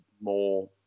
more